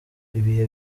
ibihe